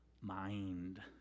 mind